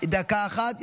דקה אחת.